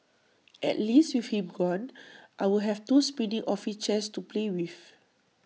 at least with him gone I'll have two spinning office chairs to play with